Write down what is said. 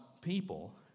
people